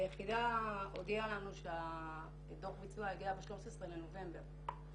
היחידה הודיעה לנו שהדוח ביצוע הגיע ב-13 בנובמבר.